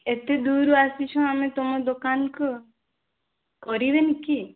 ଏତେ ଦୂରରୁ ଆସିଛୁ ଆମେ ତୁମ ଦୋକାନକୁ କରିବେନି କି